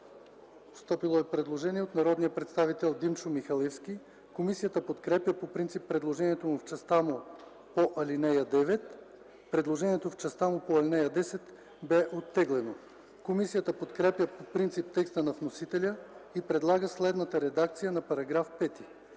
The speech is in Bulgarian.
постъпило предложение от народния представител Димчо Михалевски. Комисията подкрепя по принцип предложението в частта му по ал. 9. Предложението в частта му по ал. 10 бе оттеглено. Комисията подкрепя по принцип текста на вносителя и предлага следната редакция на § 5: „§ 5.